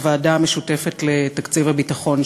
הוועדה המשותפת לתקציב הביטחון,